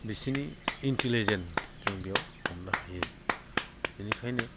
बिसिनि इन्टलिजेन जों बेयाव हमनो हायो बिनिखायनो